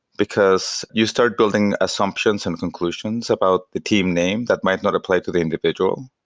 because you start building assumptions and conclusions about the team name that might not apply to the individual.